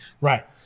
right